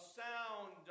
sound